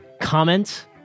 comment